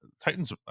titans